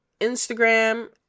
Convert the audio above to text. Instagram